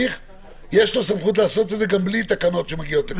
יש לו סמכות לעשות את זה בלי תקנות שמגיעות לכאן?